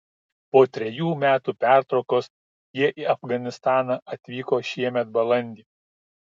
po trejų metų pertraukos jie į afganistaną atvyko šiemet balandį